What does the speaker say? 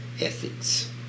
ethics